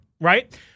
right